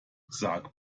sag